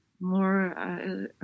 more